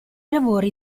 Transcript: lavori